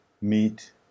meet